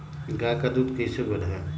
गाय का दूध कैसे बढ़ाये?